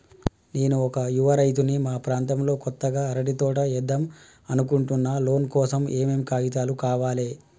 నేను ఒక యువ రైతుని మా ప్రాంతంలో కొత్తగా అరటి తోట ఏద్దం అనుకుంటున్నా లోన్ కోసం ఏం ఏం కాగితాలు కావాలే?